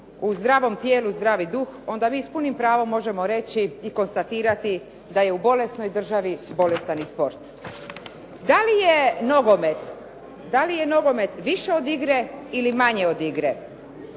u zdravom tijelu zdravi duh, onda mi s punim pravom možemo reći i konstatirati da je u bolesnoj državi bolestan i sport. Da li je nogomet više od igre ili manje od igre?